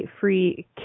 free